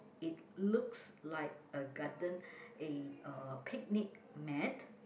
it looks like a garden a uh picnic mat